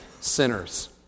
sinners